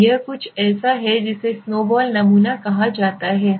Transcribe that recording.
तो यह कुछ ऐसा है जिसे स्नोबॉल नमूना कहा जाता है